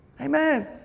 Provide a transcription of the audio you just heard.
Amen